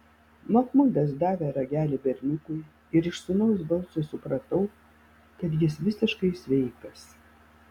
machmudas davė ragelį berniukui ir iš sūnaus balso supratau kad jis visiškai sveikas